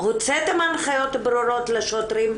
הוצאתם הנחיות ברורות לשוטרים?